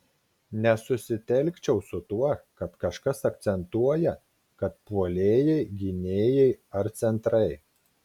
nesusitelkčiau su tuo kad kažkas akcentuoja kad puolėjai gynėjai ar centrai